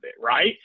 right